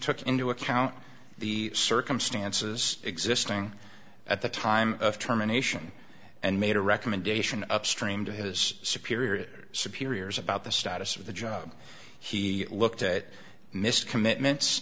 took into account the circumstances existing at the time of terminations and made a recommendation upstream to his superior superiors about the status of the job he looked at mr commitments